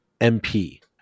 MP